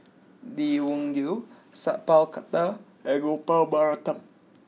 Lee Wung Yew Sat Pal Khattar and Gopal Baratham